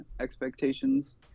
expectations